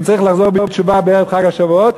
אם צריך לחזור בתשובה בערב חג השבועות,